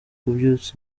kubyutsa